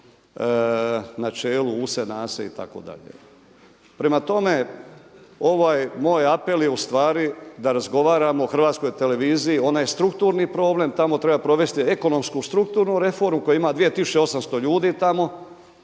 načelu use, nase itd. Prema tome, ovaj moj apel je u stvari da razgovaramo o Hrvatskoj televiziji, ona je strukturni problem, tamo treba povesti ekonomsku strukturnu reformu koja ima 2800 ljudi tamo,